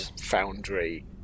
foundry